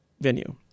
venue